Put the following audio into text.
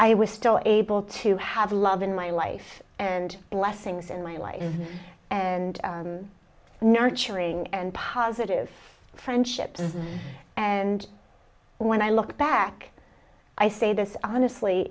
i was still able to have love in my life and blessings in my life and nurturing and positive friendships and when i look back i say this honestly